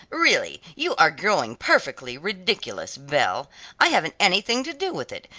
really you are growing perfectly ridiculous, belle i haven't anything to do with it,